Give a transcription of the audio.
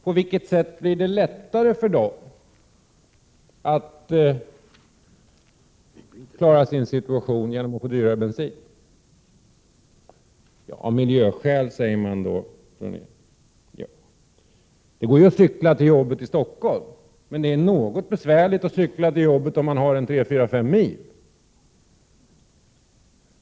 På vilket sätt blir det lättare för dem att klara sin situation när man nu fördyrar bensinen? Det sker av miljöskäl, säger man. Nå, det går ju att cykla till jobbet i Stockholm, men det är något besvärligare om man har 3, 4 eller 5 mil att åka.